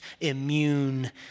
immune